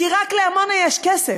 כי רק לעמונה יש כסף.